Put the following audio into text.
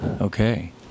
Okay